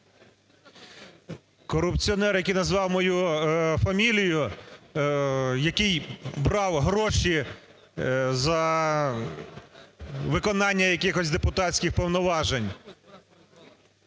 Корупціонер, який назвав мою фамілію, який брав гроші за виконання якихось депутатських повноважень,